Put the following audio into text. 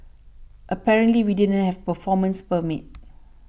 apparently we didn't have performance permits